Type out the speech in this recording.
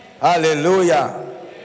Hallelujah